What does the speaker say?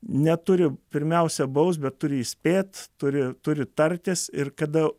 neturi pirmiausia baust bet turi įspėt turi turi tartis ir kada